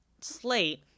slate